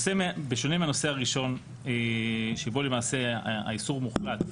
בשונה מהנושא הראשון שבו למעשה האיסור מוחלט,